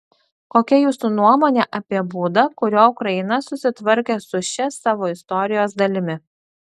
kokia jūsų nuomonė apie būdą kuriuo ukraina susitvarkė su šia savo istorijos dalimi